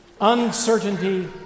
Uncertainty